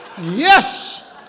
Yes